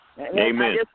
Amen